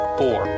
four